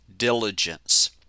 Diligence